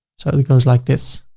so it goes like this.